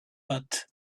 but